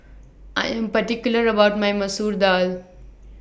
I Am particular about My Masoor Dal